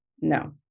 No